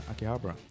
Akihabara